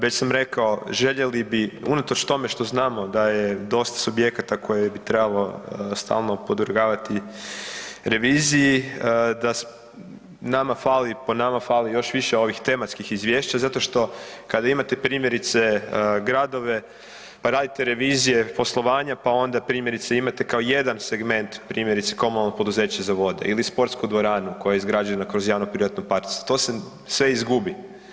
Već sam rekao željeli bi unatoč tome što znamo da je dosta subjekata koje bi trebalo stalno podvrgavati reviziji da nama fali, po nama fali još više ovih tematskih izvješća zato što kad imate primjerice gradove, pa radite revizije poslovanja, pa onda primjerice imate kao jedan segment, primjerice Komunalno poduzeće za vode ili sportsku dvoranu koja je izgrađena kroz javno privatno partnerstvo, to se sve izgubi.